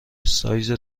سایز